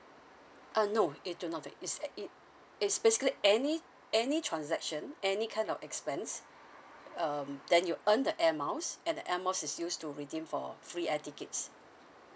uh no it do not it's it it's basically any any transaction any kind of expense um then you'll earn the airmiles and the airmiles is used to redeem for free air tickets